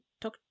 talk